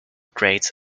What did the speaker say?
grades